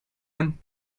one